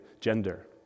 gender